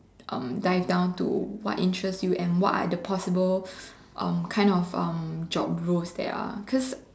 um die down to what interest you and what are the possible um kind of um job roles there are cause